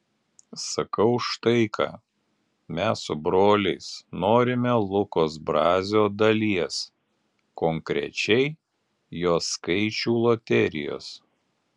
sakau štai ką mes su broliais norime lukos brazio dalies konkrečiai jo skaičių loterijos